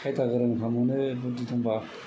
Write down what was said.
खायदा गोरोंफ्रा मोनो बुददि दंबा